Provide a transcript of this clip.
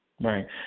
Right